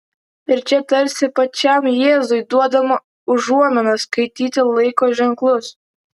ir čia tarsi pačiam jėzui duodama užuomina skaityti laiko ženklus